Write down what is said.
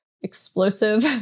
explosive